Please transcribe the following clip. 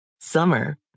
Summer